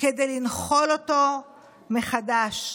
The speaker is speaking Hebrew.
כדי לנחול אותו מחדש.